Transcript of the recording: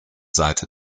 seite